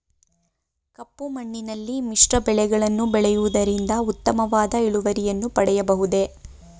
ಕಪ್ಪು ಮಣ್ಣಿನಲ್ಲಿ ಮಿಶ್ರ ಬೆಳೆಗಳನ್ನು ಬೆಳೆಯುವುದರಿಂದ ಉತ್ತಮವಾದ ಇಳುವರಿಯನ್ನು ಪಡೆಯಬಹುದೇ?